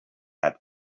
had